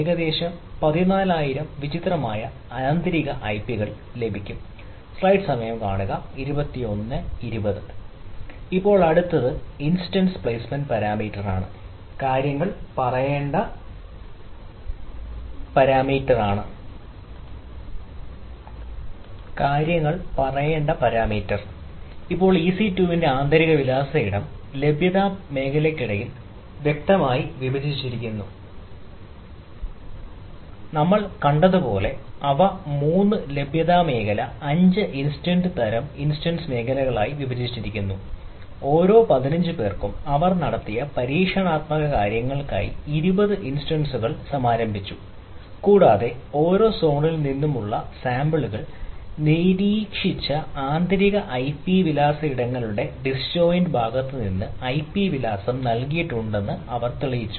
ഏകദേശം 14000 വിചിത്രമായ ആന്തരിക ഐപികൾ ലഭിക്കും ഇപ്പോൾ അടുത്തത് ഇൻസ്റ്റൻസ് പ്ലെയ്സ്മെന്റ് പാരാമീറ്ററാണ് ഭാഗത്ത് നിന്ന് ഐപി വിലാസം നൽകിയിട്ടുണ്ടെന്ന് അവർ തെളിയിച്ചു